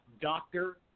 doctor